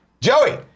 Joey